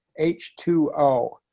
H2O